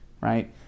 right